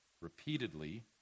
repeatedly